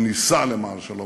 הוא ניסה למען השלום,